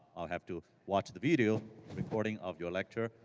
i'll have to watch the video recording of your lecture,